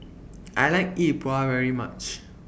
I like Yi Bua very much